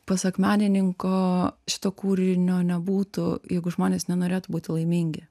pasak menininko šito kūrinio nebūtų jeigu žmonės nenorėtų būti laimingi